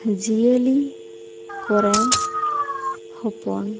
ᱡᱤᱭᱟᱹᱞᱤ ᱠᱚᱨᱮᱱ ᱦᱚᱯᱚᱱ